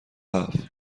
هفت